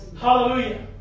Hallelujah